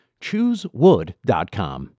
Choosewood.com